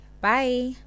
Bye